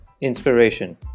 inspiration